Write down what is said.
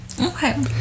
Okay